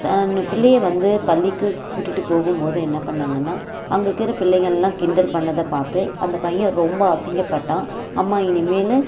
தன் பிள்ளையை வந்து பள்ளிக்கு கூட்டிகிட்டு போகும் போது என்ன பண்ணிணாங்கன்னா அங்கிருக்குற பிள்ளைகெலாம் கிண்டல் பண்ணதை பார்த்து அந்த பையன் ரொம்ப அசிங்கப்பட்டான் அம்மா இனிமேல்